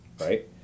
right